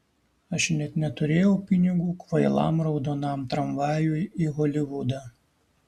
aš net neturėjau pinigų kvailam raudonam tramvajui į holivudą